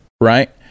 right